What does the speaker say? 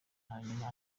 hanyuma